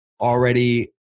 already